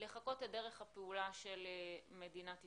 לחקות את דרך הפעולה של מדינת ישראל.